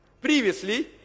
previously